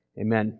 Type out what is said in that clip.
Amen